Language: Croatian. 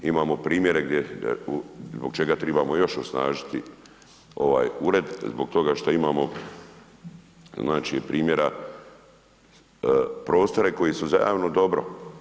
Imamo primjere gdje zbog čega trebamo još osnažiti ovaj ured zbog toga što imamo znači primjera, prostore koje su za javno dobro.